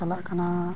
ᱪᱟᱞᱟᱜ ᱠᱟᱱᱟ